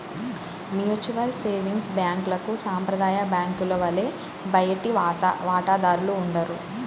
mutual savings బ్యాంక్లకు సాంప్రదాయ బ్యాంకుల వలె బయటి వాటాదారులు ఉండరు